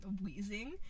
wheezing